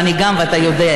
וגם אני,